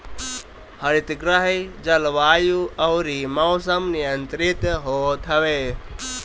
हरितगृह जलवायु अउरी मौसम नियंत्रित होत हवे